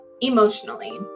emotionally